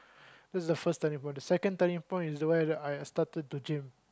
that's the first turning point the second turning point is where the I started to gym